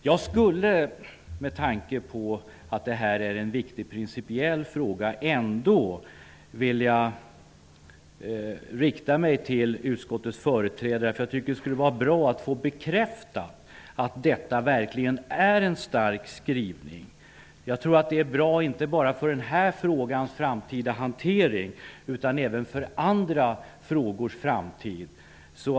Jag skulle med tanke på att det här är en viktig principiell fråga ändå vilja rikta mig till utskottets företrädare, för jag tycker att det skulle vara bra att få bekräftat att detta verkligen är en stark skrivning. Jag tror att det är bra, inte enbart för den här frågans framtida hantering, utan även för andra frågors framtid.